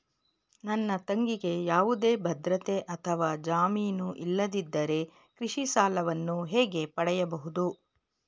ನನ್ನ ತಂಗಿಗೆ ಯಾವುದೇ ಭದ್ರತೆ ಅಥವಾ ಜಾಮೀನು ಇಲ್ಲದಿದ್ದರೆ ಕೃಷಿ ಸಾಲವನ್ನು ಹೇಗೆ ಪಡೆಯಬಹುದು?